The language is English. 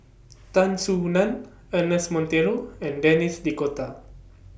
Tan Soo NAN Ernest Monteiro and Denis D'Cotta